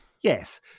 yes